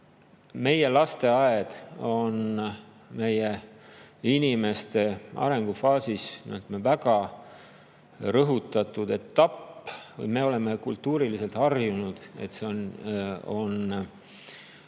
et lasteaed on meie inimeste arengus väga rõhutatud etapp. Me oleme kultuuriliselt harjunud, et see on